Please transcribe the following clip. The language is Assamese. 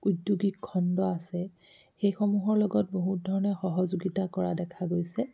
উদ্যোগিক খণ্ড আছে সেইসমূহৰ লগত বহুত ধৰণে সহযোগিতা কৰা দেখা গৈছে